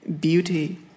beauty